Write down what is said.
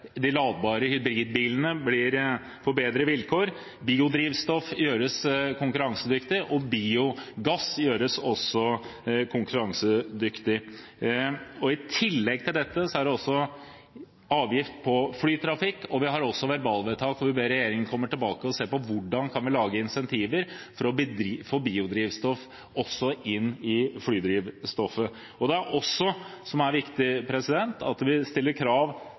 de ladbare hybridbilene får bedre vilkår. Biodrivstoff gjøres konkurransedyktig, og biogass gjøres også konkurransedyktig. I tillegg til dette er det avgift på flytrafikk, og vi har også et verbalvedtak hvor vi ber regjeringen komme tilbake og se på hvordan vi kan lage incentiver for å få biodrivstoff i flydrivstoffet. Vi stiller også – og det er